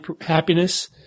happiness